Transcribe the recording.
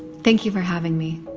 thank you for having me.